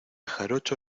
jarocho